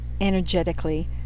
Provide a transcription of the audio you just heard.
energetically